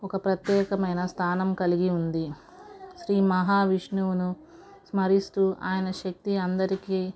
ఒక ప్రత్యేకమైన స్థానం కలిగి ఉంది శ్రీమహావిష్ణువును స్మరిస్తూ ఆయన శక్తి అందరికీ